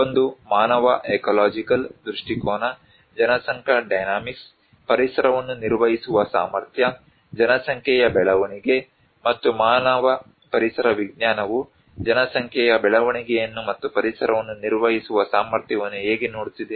ಒಂದು ಮಾನವ ಎಕಲಾಜಿಕಲ್ ದೃಷ್ಟಿಕೋನ ಜನಸಂಖ್ಯಾ ಡೈನಮಿಕ್ಸ್ ಪರಿಸರವನ್ನು ನಿರ್ವಹಿಸುವ ಸಾಮರ್ಥ್ಯ ಜನಸಂಖ್ಯೆಯ ಬೆಳವಣಿಗೆ ಮತ್ತು ಮಾನವ ಪರಿಸರ ವಿಜ್ಞಾನವು ಜನಸಂಖ್ಯೆಯ ಬೆಳವಣಿಗೆಯನ್ನು ಮತ್ತು ಪರಿಸರವನ್ನು ನಿರ್ವಹಿಸುವ ಸಾಮರ್ಥ್ಯವನ್ನು ಹೇಗೆ ನೋಡುತ್ತಿದೆ